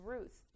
Ruth